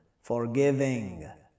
forgiving